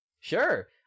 Sure